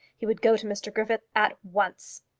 he would go to mr griffith at once.